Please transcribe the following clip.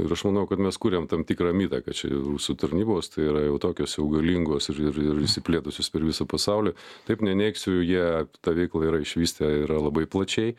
ir aš manau kad mes kuriam tam tikrą mitą kad čia rusų tarnybos tai yra jau tokios jau galingos ir ir ir išsiplėtusios per visą pasaulį taip neneigsiu jie tą veiklą yra išvystę yra labai plačiai